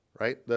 right